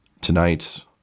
Tonight